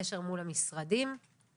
בזה שלאדם יש הידע וההכשרה המעשית והעיונית לנושא